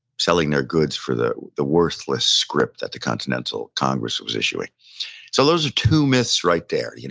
selling their goods for the the worthless script that the continental congress was issuing so those are two myths right there, you know?